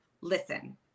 Listen